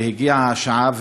הגיעה השעה.